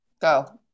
Go